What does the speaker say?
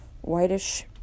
whitish